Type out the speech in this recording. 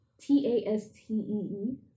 t-a-s-t-e-e